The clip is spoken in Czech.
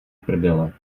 prdele